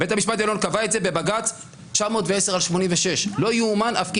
בית משפט עליון קבע את זה בבג"ץ 910/86 לא ייאמן כי יסופר.